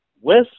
West